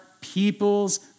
peoples